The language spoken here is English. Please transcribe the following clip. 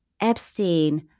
Epstein